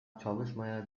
çalışmaya